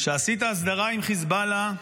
שעשיתי ההסדרה עם חיזבאללה,